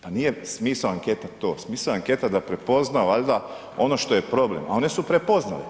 Pa nije smisao anketa to, smisao anketa je da prepozna valjda ono što je problem a one su prepoznale.